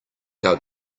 how